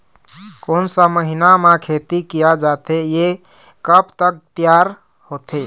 कोन सा महीना मा खेती किया जाथे ये कब तक तियार होथे?